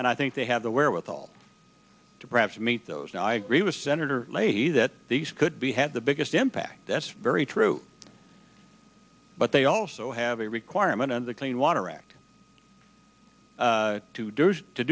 and i think they have the wherewithal to perhaps meet those and i agree with senator leahy that these could be had the biggest impact that's very true but they also have a requirement of the clean water act